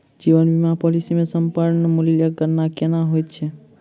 जीवन बीमा पॉलिसी मे समर्पण मूल्यक गणना केना होइत छैक?